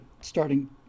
starting